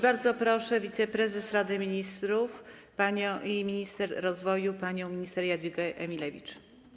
Bardzo proszę wiceprezes Rady Ministrów i minister rozwoju panią minister Jadwigę Emilewicz.